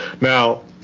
Now